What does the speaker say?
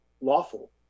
lawful